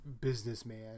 businessman